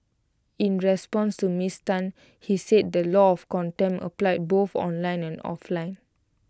in response to miss Tan he said the law of contempt applied both online and offline